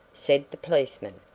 said the policeman.